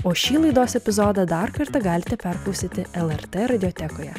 o šį laidos epizodą dar kartą galite perklausyti lrt radiotekoje